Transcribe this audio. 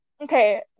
Okay